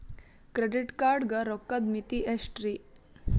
Credit card ಗ ರೋಕ್ಕದ್ ಮಿತಿ ಎಷ್ಟ್ರಿ?